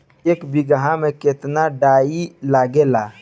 एक बिगहा में केतना डाई लागेला?